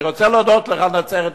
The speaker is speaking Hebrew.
אני רוצה להודות לך על נצרת-עילית,